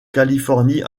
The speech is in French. californie